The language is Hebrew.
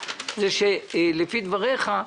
שלפי דבריך,